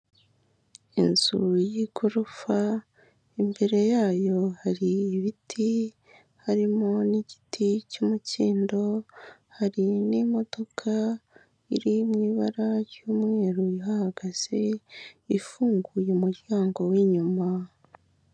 Inzu y'igorofa imbere yayo hari ibiti harimo n'igiti cy'umukindo, hari n'imodoka iri mu ibara ry'umweru ihagaze ifunguye umuryango w'inyuma.